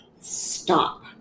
stop